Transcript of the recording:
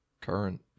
current